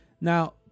Now